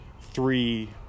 three